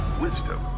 wisdom